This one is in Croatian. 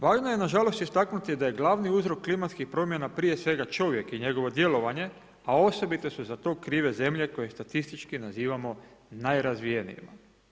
Važno je na žalost istaknuti da je glavni uzrok klimatskih promjena prije svega čovjek i njegovo djelovanje, a osobito su za to krive zemlje koje statistički nazivamo najrazvijenijima.